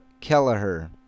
Kelleher